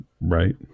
right